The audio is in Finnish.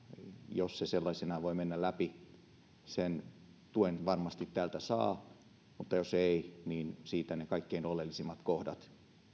jos se sellaisena voi mennä läpi sen tuen varmasti täältä saa mutta jos ei niin siitä ne kaikkein oleellisimmat kohdat